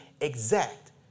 exact